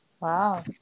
Wow